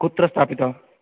कुत्र स्थापिता